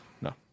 No